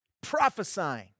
Prophesying